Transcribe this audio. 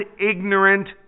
ignorant